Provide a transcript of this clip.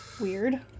Weird